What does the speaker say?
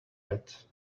red